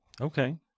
Okay